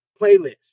playlist